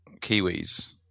kiwis